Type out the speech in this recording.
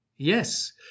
Yes